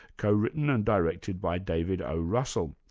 co-written and directed by david o. russell.